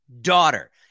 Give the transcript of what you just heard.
daughter